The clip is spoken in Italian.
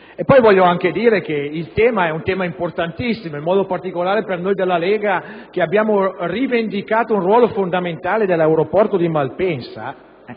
voglio aggiungere che il tema trattato è importantissimo, in modo particolare per noi della Lega che abbiamo rivendicato un ruolo fondamentale per l'aeroporto di Malpensa,